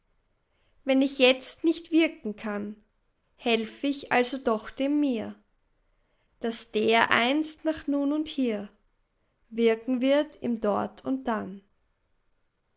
wenn ich jetzt nichtwirken kann helf ich also doch dem mir das dereinst nach nun und hier wirken wird im dort und dann